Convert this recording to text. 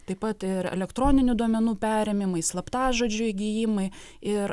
taip pat ir elektroninių duomenų perėmimai slaptažodžių įgijimai ir